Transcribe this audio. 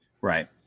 Right